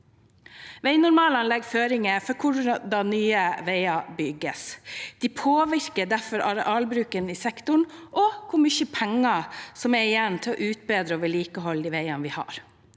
Veinormalene legger føringer for hvordan nye veier bygges. De påvirker derfor arealbruken i sektoren og hvor mye penger som er igjen til å utbedre og vedlikeholde de veiene vi har.